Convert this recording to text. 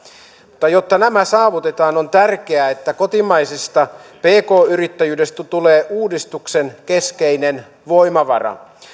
mutta jotta nämä saavutetaan on tärkeää että kotimaisesta pk yrittäjyydestä tulee uudistuksen keskeinen voimavara